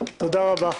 תודה רבה.